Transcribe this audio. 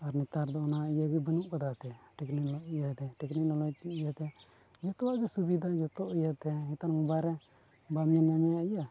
ᱟᱨ ᱱᱮᱛᱟᱨ ᱫᱚ ᱚᱱᱟ ᱤᱭᱟᱹ ᱜᱮ ᱵᱟᱹᱱᱩᱜ ᱠᱟᱫᱟ ᱮᱱᱛᱮᱫ ᱴᱮᱹᱠᱱᱤᱠᱮᱞ ᱤᱭᱟᱹᱛᱮ ᱴᱮᱹᱠᱱᱤᱠᱮᱞ ᱱᱚᱞᱮᱡᱽ ᱤᱭᱟᱹᱛᱮ ᱡᱚᱛᱚᱣᱟᱜ ᱜᱮ ᱥᱩᱵᱤᱫᱟ ᱡᱚᱛᱚᱣᱟᱜ ᱤᱭᱟᱹᱛᱮ ᱱᱤᱛᱚᱜ ᱢᱳᱵᱟᱭᱤᱞ ᱨᱮ ᱵᱟᱢ ᱧᱮᱞ ᱧᱟᱢᱮᱭᱟ